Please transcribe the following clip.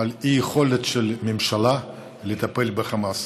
של האי-יכולת של הממשלה לטפל בחמאס.